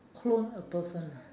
clone a person ah